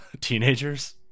teenagers